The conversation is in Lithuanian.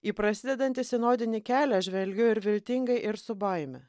į prasidedantį sinodinį kelią žvelgiu ir viltingai ir su baime